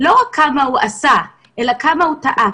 לא רק כמה הוא עשה, אלא כמה הוא טעה.